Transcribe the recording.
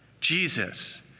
Jesus